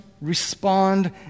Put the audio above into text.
respond